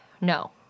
No